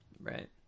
Right